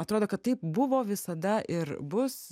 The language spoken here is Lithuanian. atrodo kad taip buvo visada ir bus